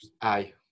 Aye